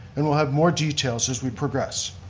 and we'll have more details as we progress.